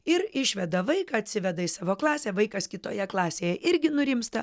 ir išveda vaiką atsiveda į savo klasę vaikas kitoje klasėje irgi nurimsta